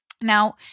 Now